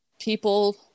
people